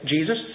Jesus